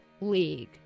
League